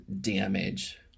damage